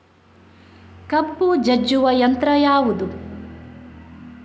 ಕಬ್ಬು ಜಜ್ಜುವ ಯಂತ್ರ ಯಾವುದು?